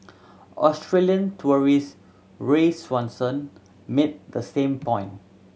Australian tourist Ray Swanson made the same point